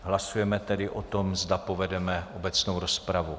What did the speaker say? Hlasujeme tedy o tom, zda povedeme obecnou rozpravu.